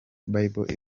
bible